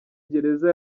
gereza